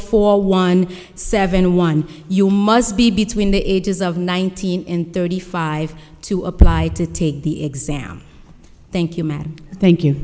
four one seven one you must be between the ages of nineteen in thirty five to apply to take the exam thank you matt thank you